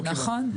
נכון.